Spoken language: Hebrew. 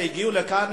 שהגיעו לכאן,